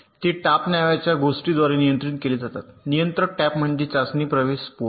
ते टॅप नावाच्या गोष्टीद्वारे नियंत्रित केले जातात नियंत्रक टॅप म्हणजे चाचणी प्रवेश पोर्ट